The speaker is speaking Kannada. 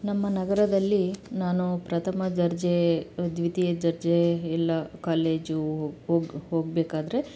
ನಮ್ಮ ನಗರದಲ್ಲಿ ನಾನು ಪ್ರಥಮ ದರ್ಜೆ ದ್ವಿತೀಯ ದರ್ಜೆ ಎಲ್ಲ ಕಾಲ್ಲೇಜು ಹೊ ಹೋಗಿ ಹೋಗಬೇಕಾದ್ರೆ